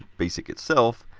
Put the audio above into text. basic itself,